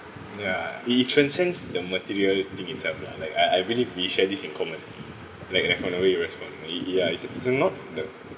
ya it it transcends the material thing itself lah like I I believe we share this in common like in economy respond ya it's a it's a not